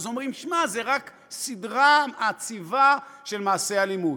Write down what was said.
אומרים, תשמע, זו רק סדרה מעציבה של מעשי אלימות.